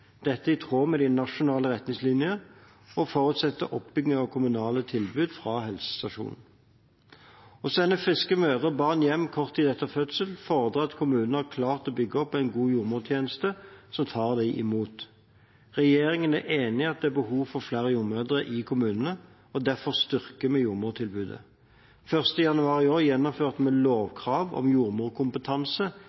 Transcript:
Dette er i tråd med de nasjonale retningslinjene og forutsetter oppbygging av kommunale tilbud fra helsestasjonen. Å sende friske mødre og barn hjem kort tid etter fødsel fordrer at kommunen har klart å bygge opp en god jordmortjeneste som tar imot dem. Regjeringen er enig i at det er behov for flere jordmødre i kommunene, og derfor styrker vi jordmortilbudet. Den 1. januar i år gjennomførte vi